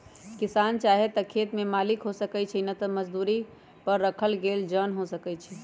किसान चाहे त खेत के मालिक हो सकै छइ न त मजदुरी पर राखल गेल जन हो सकै छइ